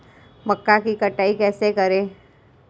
मक्का की कटाई कैसे करें?